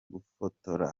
gufotora